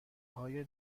های